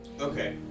Okay